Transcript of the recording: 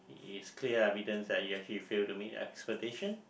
is clear evidence that you actually fail to meet the expectation